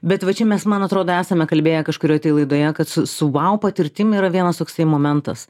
bet va čia mes man atrodo esame kalbėję kažkurioj tai laidoje kad su su vau patirtim yra vienas toksai momentas